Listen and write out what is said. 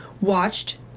watched